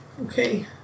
Okay